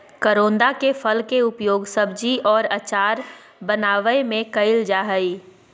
करोंदा के फल के उपयोग सब्जी और अचार बनावय में कइल जा हइ